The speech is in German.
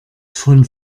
von